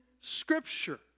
Scripture